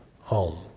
home